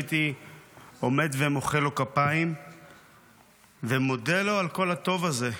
הייתי עומד ומוחא לו כפיים ומודה לו על כל הטוב הזה,